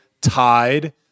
tied